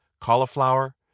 cauliflower